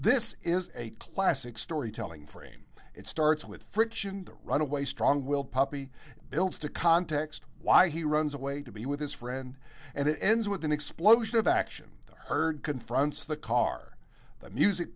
this is a classic storytelling frame it starts with friction runaway strongwilled puppy builds to context why he runs away to be with his friend and it ends with an explosion of action heard confronts the car the music